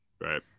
right